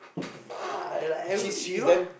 fuck like every you know